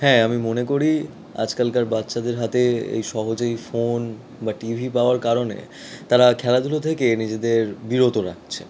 হ্যাঁ আমি মনে করি আজকালকার বাচ্চাদের হাতে এই সহজেই ফোন বা টিভি পাওয়ার কারণে তারা খেলাধুলো থেকে নিজেদের বিরত রাখছে